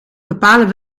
bepalen